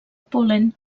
pol·len